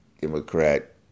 Democrat